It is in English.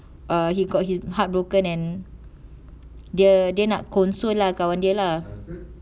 err he got his heartbroken and dia dia nak console lah kawan dia lah